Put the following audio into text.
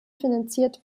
finanziert